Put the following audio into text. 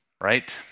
right